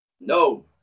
No